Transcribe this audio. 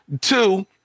two